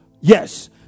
Yes